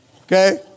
Okay